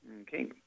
Okay